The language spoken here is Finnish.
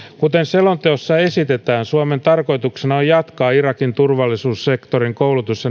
kuten selonteossa esitetään suomen tarkoituksena on jatkaa irakin turvallisuussektorin koulutus